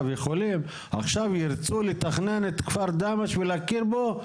עכשיו ירצו לתכנן את כפר דהמש ולהכיר בו?